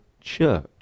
church